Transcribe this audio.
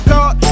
God